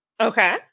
Okay